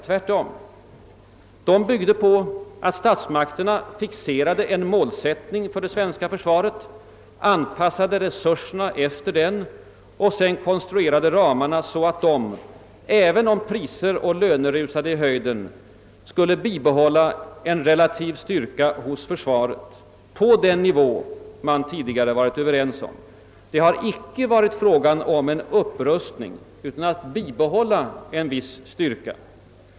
Tvärtom — dessa grundtankar byggde på att stats makterna fixerade en målsättning för det svenska försvaret, anpassade resurserna därefter och konstruerade ramarna så att — även om priser och löner rusade i höjden — försvarets relativa styrka skulle bibehållas på den nivå vi tidigare varit överens om. Det har icke varit fråga om en upprustning utan om att bibehålla en viss styrka.